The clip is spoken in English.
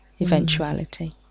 eventuality